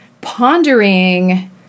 pondering